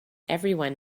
everyone